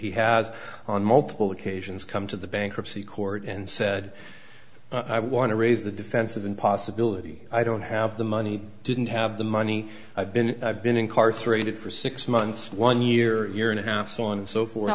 he has on multiple occasions come to the bankruptcy court and said i want to raise the defensive and possibility i don't have the money didn't have the money i've been i've been incarcerated for six months one year year and a half so on and so forth